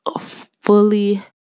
fully